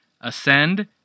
Ascend